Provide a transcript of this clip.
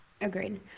Agreed